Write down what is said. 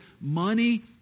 money